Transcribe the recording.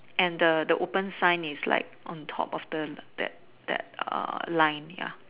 and the the open sign is like on top of the that that err line ya